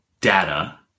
data